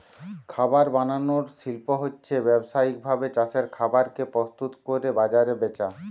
খাবার বানানার শিল্প হচ্ছে ব্যাবসায়িক ভাবে চাষের খাবার কে প্রস্তুত কোরে বাজারে বেচা